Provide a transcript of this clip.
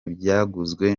byaguzwe